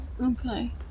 Okay